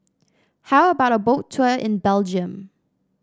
how about a Boat Tour in Belgium